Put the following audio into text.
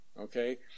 okay